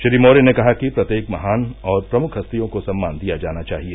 श्री मौर्य ने कहा कि प्रत्येक महान और प्रमुख हस्तियों को सम्मान दिया जाना चाहिए